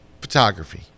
photography